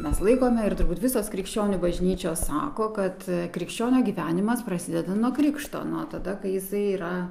mes laikome ir turbūt visos krikščionių bažnyčios sako kad krikščionio gyvenimas prasideda nuo krikšto nuo tada kai jisai yra